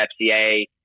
FCA